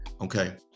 Okay